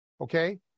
Okay